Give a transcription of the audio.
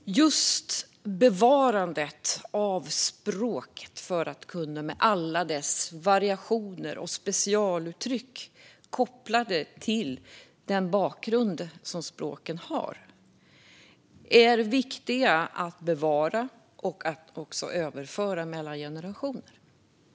Det är viktigt att bevara språk, med alla de variationer och specialuttryck som de har kopplat till sin bakgrund, och överföra dem mellan generationer.